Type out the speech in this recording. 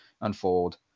unfold